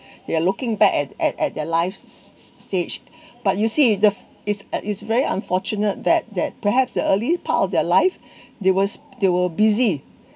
they are looking back at at at their life stage but you see the it's uh it's very unfortunate that that perhaps the early part of their life they was they were busy